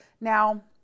Now